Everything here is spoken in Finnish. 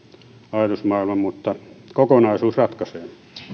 ajatusmaailma mutta kokonaisuus ratkaisee